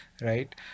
right